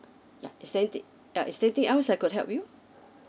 yup is there anything uh is there anything else I could help you